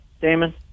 damon